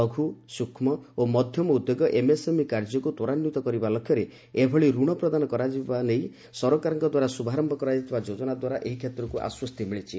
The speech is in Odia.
ଲଘୁ ସୂକ୍ଷ୍ମ ଓ ମଧ୍ୟମ ଉଦ୍ୟୋଗ ଏମ୍ଏସ୍ଏମ୍ଇ କାର୍ଯ୍ୟକୁ ତ୍ୱରାନ୍ୱିତ କରିବା ଲକ୍ଷ୍ୟରେ ଏଭଳି ଋଣ ପ୍ରଦାନ କରାଯିବା ଲକ୍ଷ୍ୟରେ ସରକାରଙ୍କ ଦ୍ୱାରା ଶୁଭାରୟ କରାଯାଇଥିବା ଯୋଜନା ଦ୍ୱାରା ଏହି କ୍ଷେତ୍ରକୁ ଆଶ୍ୱସ୍ତି ମିଳିଛି